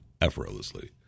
effortlessly